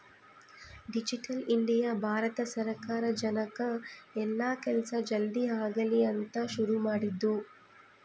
digital India Bharat ಸರ್ಕಾರ ಜನಕ್ ಎಲ್ಲ ಕೆಲ್ಸ ಜಲ್ದೀ ಆಗಲಿ ಅಂತ ಶುರು ಮಾಡಿದ್ದು